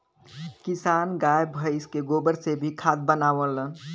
किसान गाय भइस के गोबर से भी खाद बनावलन